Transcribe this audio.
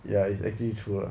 ya it's actually true lah